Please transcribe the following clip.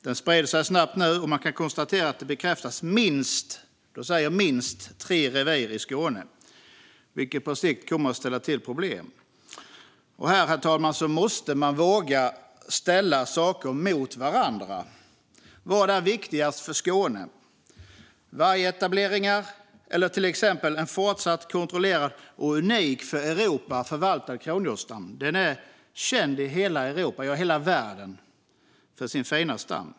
Den sprider sig snabbt nu, och man kan konstatera att det bekräftats minst tre revir i Skåne, vilket på sikt kommer att ställa till problem. Här måste man våga ställa saker mot varandra. Vad är viktigast för Skåne - vargetableringar eller till exempel en fortsatt kontrollerad och unik för Europa förvaltad kronhjortsstam? Den fina stammen är känd i hela Europa - ja, hela världen.